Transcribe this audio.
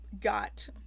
Got